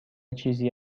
چیزی